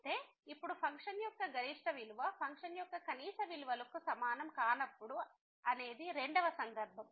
అయితే ఇప్పుడు ఫంక్షన్ యొక్క గరిష్ట విలువ ఫంక్షన్ యొక్క కనీస విలువలు సమానం కానప్పుడు అనేది రెండవ సందర్భం